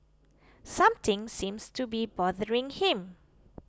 something seems to be bothering him